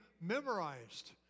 memorized